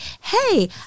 hey